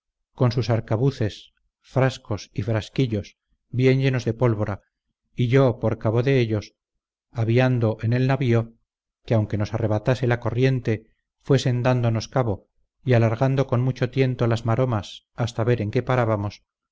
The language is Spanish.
con sus arcabuces frascos y frasquillos bien llenos de pólvora y yo por cabo de ellos aviando en el navío que aunque nos arrebatase la corriente fuesen dándonos cabo y alargando con mucho tiento las maromas hasta ver en qué parábamos